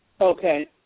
Okay